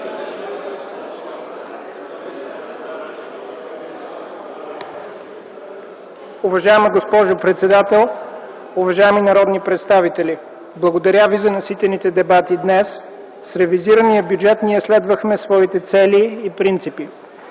Уважаема госпожо председател, уважаеми народни представители! Благодаря ви за наситените дебати днес. С ревизирания бюджет ние следвахме своите цели и принципи.